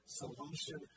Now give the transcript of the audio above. solution